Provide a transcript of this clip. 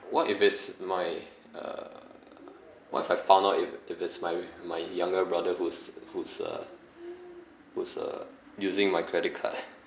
what if it's my uh what if I found out if if it's my my younger brother who's who's uh who's uh using my credit card ah